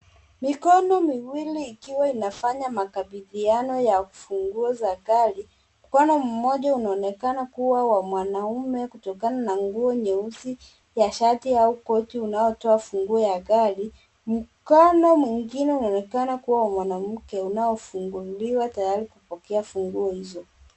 Mikono miwili ikiwa inafanya makabidhiano ya ufunguo za gari. Mkono mmoja unaonekana kuwa wa mwanamume kutokana na nguo nyeusi ya shati au koti unaotoa funguo ya gari. Mkono mwingine unaonekana kuwa wa mwanamke, unaofunguliwa tayari kupokea funguo hizo.